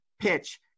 PITCH